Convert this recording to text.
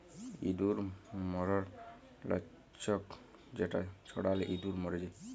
ইঁদুর ম্যরর লাচ্ক যেটা ছড়ালে ইঁদুর ম্যর যায়